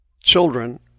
children